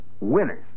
winners